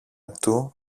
του